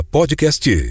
Podcast